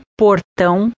portão